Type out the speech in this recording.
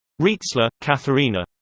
rietzler, katharina.